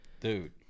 Dude